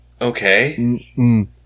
Okay